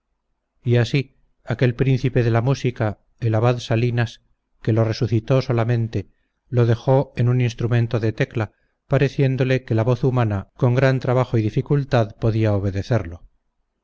y así aquel príncipe de la música el abad salinas que lo resucitó solamente lo dejó en un instrumento de tecla pareciéndole que la voz humana con gran trabajo y dificultad podía obedecerlo